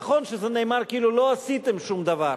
נכון שזה נאמר כאילו: לא עשיתם שום דבר.